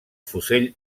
fusell